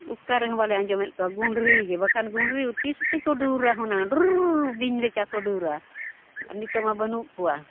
ᱚᱠᱟ ᱨᱮᱦᱚᱸ ᱵᱟᱞᱮ ᱟᱸᱡᱚᱢᱮᱫ ᱠᱚᱣᱟ ᱜᱩᱸᱰᱨᱤ ᱜᱮ ᱵᱟᱠᱷᱟᱱ ᱜᱩᱸᱰᱨᱤ ᱩᱛᱩ ᱥᱩᱛᱤ ᱠᱚ ᱰᱟᱹᱣᱨᱟ ᱦᱚᱸ ᱰᱩᱨᱻ ᱵᱤᱧ ᱞᱮᱠᱟ ᱠᱚ ᱰᱩᱨᱟ ᱟᱨ ᱱᱤᱛᱳᱜ ᱢᱟ ᱵᱟᱹᱱᱩᱜ ᱠᱚᱣᱟ